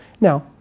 Now